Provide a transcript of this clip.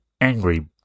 angry